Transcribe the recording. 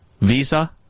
Visa